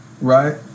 right